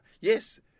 Yes